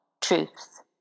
truths